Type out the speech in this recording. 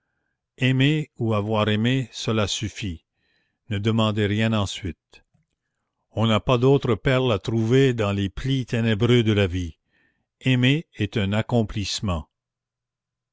aimer ou avoir aimé cela suffit ne demandez rien ensuite on n'a pas d'autre perle à trouver dans les plis ténébreux de la vie aimer est un accomplissement